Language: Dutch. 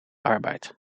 arbeid